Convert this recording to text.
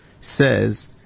says